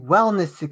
Wellness